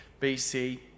BC